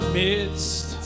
midst